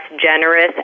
generous